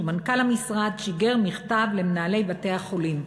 ומנכ"ל המשרד שיגר מכתב למנהלי בתי-החולים.